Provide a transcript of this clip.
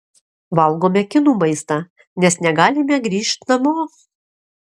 valgome kinų maistą nes negalime grįžt namo